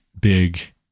big